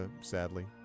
sadly